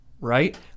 Right